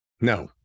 No